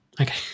Okay